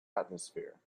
atmosphere